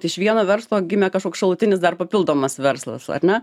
iš vieno verslo gimė kažkoks šalutinis dar papildomas verslas ar ne